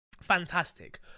fantastic